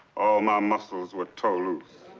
my muscles were tore loose.